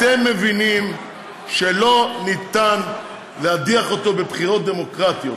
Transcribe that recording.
אתם מבינים שאין אפשרות להדיח אותו בבחירות דמוקרטיות,